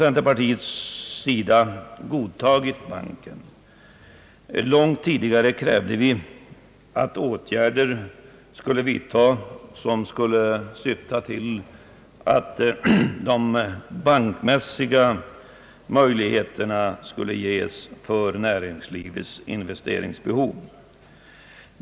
Centerpartiet har godtagit banken. Långt tidigare krävde vi att åtgärder skulle vidtagas, syftande till att ge möjligheter för näringslivet att under bankmässiga former täcka sitt investeringsbehov.